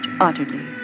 utterly